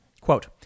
Quote